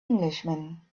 englishman